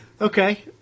okay